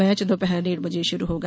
match दोपहर डेढ़ बजे शुरू होगा